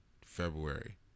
February